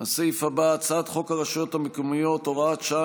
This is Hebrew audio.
הסעיף הבא: הצעת חוק הרשויות המקומיות (הוראת שעה,